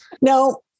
No